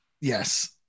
yes